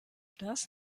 das